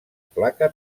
placa